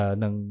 ng